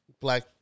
black